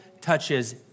touches